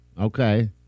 Okay